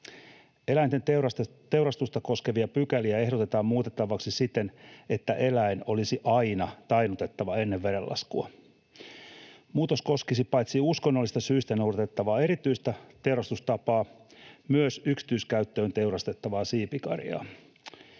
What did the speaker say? ”Eläinten teurastusta koskevia pykäliä ehdotetaan muutettavaksi siten, että eläin olisi aina tainnutettava ennen verenlaskua. Muutos koskisi paitsi uskonnollisista syistä noudatettavaa erityistä teurastustapaa myös yksityiskäyttöön teurastettavaa siipikarjaa.”